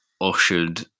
ushered